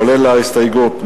כולל ההסתייגות,